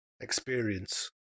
experience